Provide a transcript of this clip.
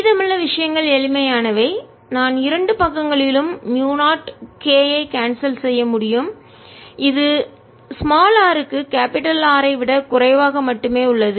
மீதமுள்ள விஷயங்கள் எளிமையானவை நான் இரண்டு பக்கங்களிலும் மூயு 0 k ஐ கான்செல் செய்ய முடியும் இது r க்கு R ஐ விட குறைவாக மட்டுமே உள்ளது